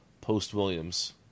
post-Williams